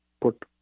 put